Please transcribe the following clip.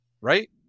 Right